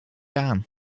aan